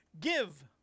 Give